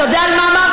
אתה יודע על מה אמרתי?